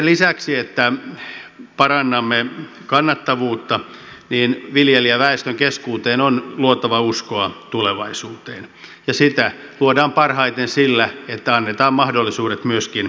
sen lisäksi että parannamme kannattavuutta viljelijäväestön keskuuteen on luotava uskoa tulevaisuuteen ja sitä luodaan parhaiten sillä että annetaan mahdollisuudet myöskin investointeihin